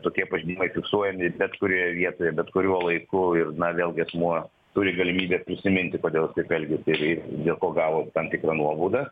tokie pažeidimai fiksuojami bet kurioje vietoje bet kuriuo laiku ir na vėlgi asmuo turi galimybę prisiminti kodėl jis taip elgėsi ir ir dėl ko gavo tam tikrą nuobaudą